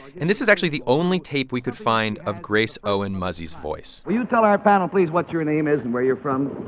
and this is actually the only tape we could find of grace owen muzzey's voice will you tell our panel please what's your name is and where you're from?